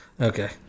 Okay